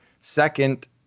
second